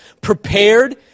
prepared